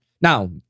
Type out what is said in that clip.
Now